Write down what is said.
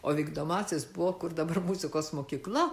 o vykdomasis buvo kur dabar muzikos mokykla